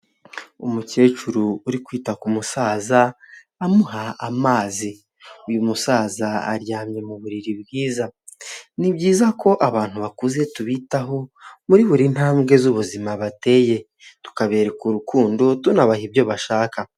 Umukecuru uri kwita ku musaza amuha amazi, uyu musaza aryamye mu buriri bwiza, ni byiza ko abantu bakuze tubitaho muri buri ntambwe z'ubuzima bateye tukabereka urukundo tunabaha ibyo bashaka.